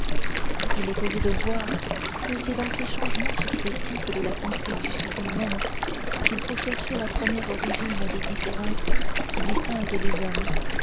il est aisé de voir que c'est dans ces changements successifs de la constitution humaine qu'il faut chercher la première origine des différences qui distinguent les hommes